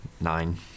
Nine